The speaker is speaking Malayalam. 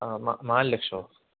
ആ നാല് ലക്ഷമോ